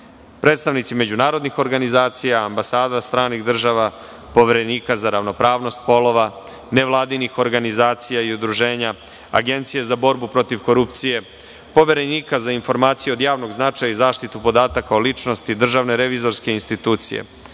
predstavnici međunarodnih organizacija, ambasada, stranih država, Poverenika za ravnopravnog polova, nevladinih organizacija i udruženja, Agencije za borbu protiv korupcije, Poverenika za informacije od javnog značaja i zaštitu podataka o ličnosti, DRI, profesori,